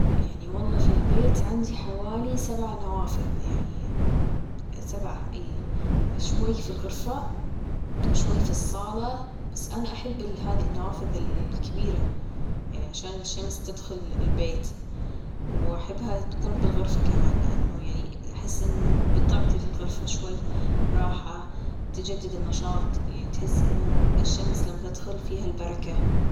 يعني والله في البيت عندي حوالي سبع نوافذ يعني سبعة ايه شوي في الغرفة وشوي في الصالة بس أنا أحب هذي النوافذ الكبيرة يعني عشان الشمس تدخل البيت وأحبها تكون بالغرفة كمان لأنه يعني أحس أنه تعطي للغرفة شوية راحة تجدد النشاط يعني بتحس أنه الشمس لما تدخل فيها البركة